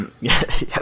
Yes